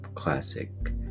Classic